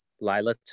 Lila